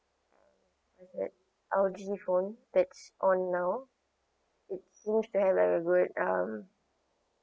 uh that L_G phone six or nine it seems they have very good um